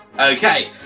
Okay